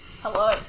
Hello